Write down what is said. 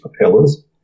propellers